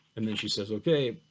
and then she says okay,